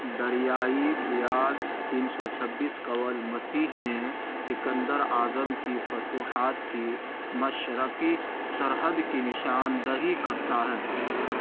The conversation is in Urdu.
دریائے ویاس تین سو چھبیس قبل مسیح میں سکندر اعظم کی فتوحات کی مشرقی سرحد کی نشاندہی کرتا ہے